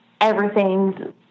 everything's